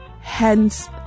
hence